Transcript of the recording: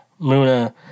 Muna